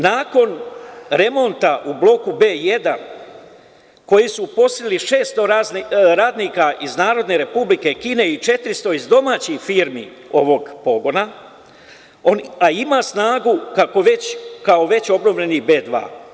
Nakon remonta u Bloku B1, koji su uposlili 600 radnika iz Narodne Republike Kine i 400 iz domaćih firmi ovog pogona, a ima snagu kao već obnovljeni B2.